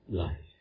life